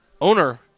owner